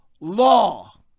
law